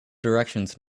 directions